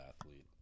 athlete